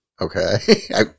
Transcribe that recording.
Okay